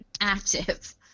active